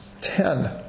Ten